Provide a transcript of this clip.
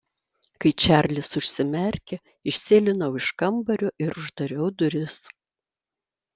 kai čarlis užsimerkė išsėlinau iš kambario ir uždariau duris